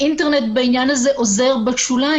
האינטרנט בעניין הזה עוזר בשוליים,